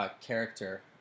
Character